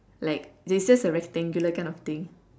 like it's just a rectangular kind of thing